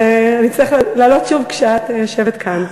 אני אצטרך לעלות שוב כשאת יושבת כאן.